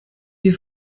wir